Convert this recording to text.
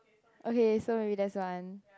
okay so maybe that's one